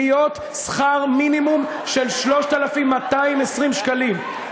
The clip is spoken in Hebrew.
שכר מינימום של 3,220 שקלים.